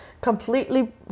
completely